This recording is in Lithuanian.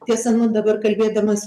tiesa nu dabar kalbėdamas